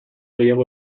gehiago